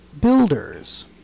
Builders